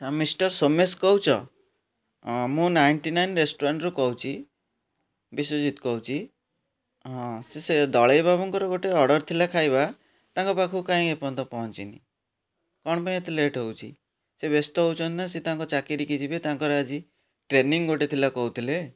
mister Somesh କହୁଛ ମୁଁ ninety nine ରେଷ୍ଟୁରାଣ୍ଟ୍ରୁ କହୁଛି ବିଶ୍ୱଜିତ୍ କହୁଛି ହଁ ସେ ସେ ଦଳେଇ ବାବୁଙ୍କର ଗୋଟେ ଅର୍ଡ଼ର୍ ଥିଲା ଖାଇବା ତାଙ୍କ ପାଖକୁ କାହିଁକି ଏପର୍ଯ୍ୟନ୍ତ ପହଞ୍ଚିନି କ'ଣ ପାଇଁ ଏତେ ଲେଟ୍ ହେଉଛି ସିଏ ବ୍ୟସ୍ତ ହେଉଛନ୍ତି ନା ସିଏ ତାଙ୍କ ଚାକିରିକି ଯିବେ ତାଙ୍କର ଆଜି ଟ୍ରେନିଂ ଗୋଟେ ଥିଲା କହୁଥିଲେ